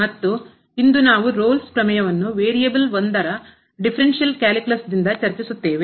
ಮತ್ತು ಇಂದು ನಾವು Rolle's ರೋಲ್ನ ಪ್ರಮೇಯವನ್ನು ವೇರಿಯಬಲ್ ಒಂದರ ಡಿಫರೆನ್ಷಿಯಲ್ calculus ಕಲನಶಾಸ್ತ್ರ ದಿಂದ ಚರ್ಚಿಸುತ್ತೇವೆ